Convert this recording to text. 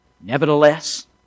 nevertheless